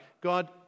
God